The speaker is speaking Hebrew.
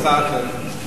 יש לי הצעה אחרת.